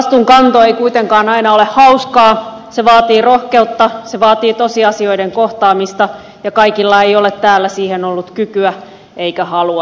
vastuunkanto ei kuitenkaan aina ole hauskaa se vaatii rohkeutta se vaatii tosiasioiden kohtaamista ja kaikilla ei ole täällä siihen ollut kykyä eikä halua